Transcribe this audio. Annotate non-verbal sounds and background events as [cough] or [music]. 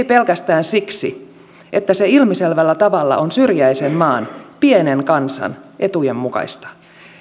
[unintelligible] pelkästään siksi että se ilmiselvällä tavalla on syrjäisen maan pienen kansan etujen mukaista